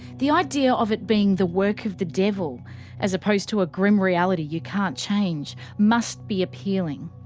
the idea of it being the work of the devil as opposed to a grim reality you can't change must be appealing.